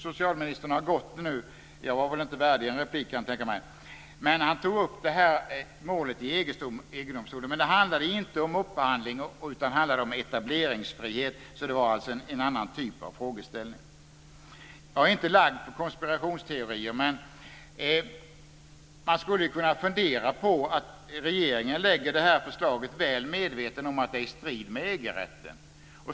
Socialministern har gått nu. Jag var väl inte värdig en replik, kan jag tänka mig, men han tog upp ett mål i EG-domstolen. Men det handlade inte om upphandling utan om etableringsfrihet. Det var alltså en annan typ av frågeställning. Jag är inte lagd för konspirationsteorier, men man skulle kunna fundera på om regeringen lägger fram det här förslaget väl medveten om att det är i strid med EG-rätten.